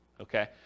Okay